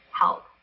help